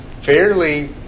fairly